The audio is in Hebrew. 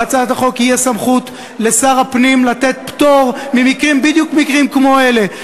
בהצעת החוק תהיה סמכות לשר הפנים לתת פטור בדיוק במקרים כמו אלה,